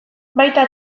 baita